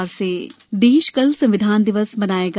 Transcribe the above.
संविधान दिवस देश कल संविधान दिवस मनायेगा